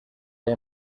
hay